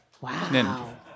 Wow